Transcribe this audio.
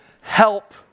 help